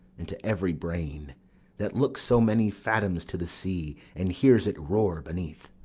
into every brain that looks so many fadoms to the sea and hears it roar beneath.